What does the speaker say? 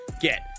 get